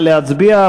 נא להצביע.